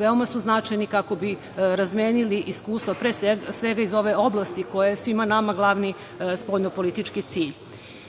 veoma su značajni kako bi razmenili iskustva pre svega iz ove oblasti koja je svima nama glavni spoljnopolitički cilj. Na